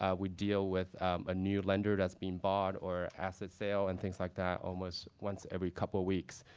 ah we deal with a new lender that's being bought, or asset sale, and things like that almost once every couple of weeks.